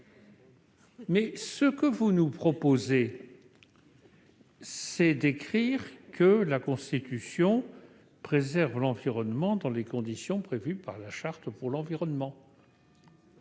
Mais ce que vous nous proposez, c'est d'écrire, dans la Constitution, que la France préserve l'environnement dans les conditions prévues par la Charte de l'environnement.